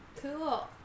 Cool